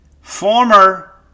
Former